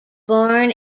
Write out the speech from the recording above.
born